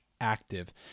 active